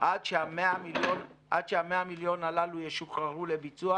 עד שה-100 מיליון הללו ישוחררו לביצוע.